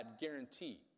guarantee